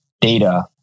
data